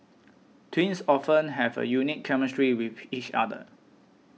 twins often have a unique chemistry with each other